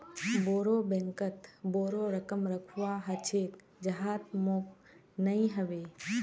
बोरो बैंकत बोरो रकम रखवा ह छेक जहात मोक नइ ह बे